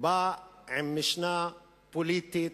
בא עם משנה פוליטית,